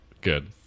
good